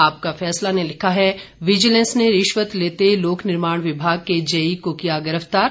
आपका फैसला ने लिखा है विजिलेंस ने रिश्वत लेते लोक निर्माण विभाग के जेई को किया गिरफ्तार